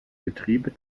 getriebe